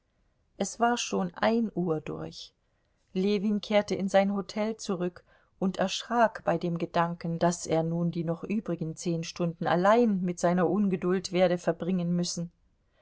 es war schon ein uhr durch ljewin kehrte in sein hotel zurück und erschrak bei dem gedanken daß er nun die noch übrigen zehn stunden allein mit seiner ungeduld werde verbringen müssen